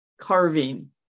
carving